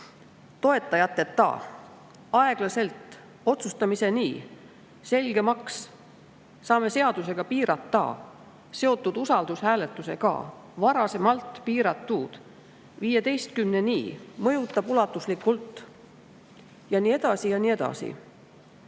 Toetajate`ta, aegla`selt, otsustamise`ni, selge`maks, saame seadusega piira`ta, seotud usaldushääletuse`ga, varase`malt, piira`tud, viieteistkümne`ni, mõjutab ulatusli`kult. Ja nii edasi ja nii edasi.